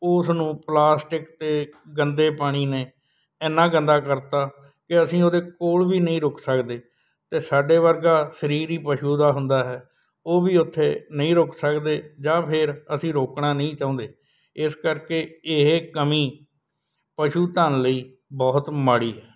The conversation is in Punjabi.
ਉਸ ਨੂੰ ਪਲਾਸਟਿਕ ਅਤੇ ਗੰਦੇ ਪਾਣੀ ਨੇ ਇੰਨਾਂ ਗੰਦਾ ਕਰਤਾ ਕਿ ਅਸੀਂ ਉਹਦੇ ਕੋਲ ਵੀ ਨਹੀਂ ਰੁਕ ਸਕਦੇ ਅਤੇ ਸਾਡੇ ਵਰਗਾ ਸਰੀਰ ਹੀ ਪਸ਼ੂ ਦਾ ਹੁੰਦਾ ਹੈ ਉਹ ਵੀ ਉੱਥੇ ਨਹੀਂ ਰੁਕ ਸਕਦੇ ਜਾਂ ਫਿਰ ਅਸੀਂ ਰੋਕਣਾ ਨਹੀਂ ਚਾਹੁੰਦੇ ਇਸ ਕਰਕੇ ਇਹ ਕਮੀ ਪਸ਼ੂ ਧਨ ਲਈ ਬਹੁਤ ਮਾੜੀ ਹੈ